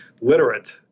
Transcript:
literate